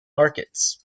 markets